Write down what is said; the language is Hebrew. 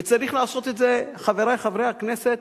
וצריך לעשות את זה, חברי חברי הכנסת,